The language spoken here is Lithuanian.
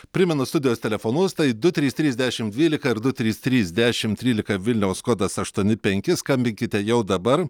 primenu studijos telefonus tai du trys trys dešim dvylika ir du trys trys dešim trylika vilniaus kodas aštuoni penki skambinkite jau dabar